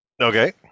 Okay